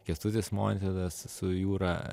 kęstutis montvydas su jūra